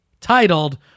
titled